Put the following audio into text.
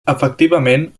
efectivament